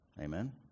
Amen